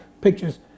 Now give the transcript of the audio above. Pictures